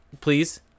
please